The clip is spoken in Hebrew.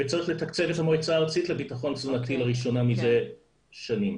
וצריך לתקצב את המועצה הארצית לביטחון תזונתי לראשונה מזה שנים.